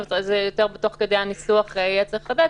תוך כדי הניסוח יהיה צריך לקבל,